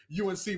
UNC